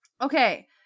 Okay